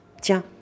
tiens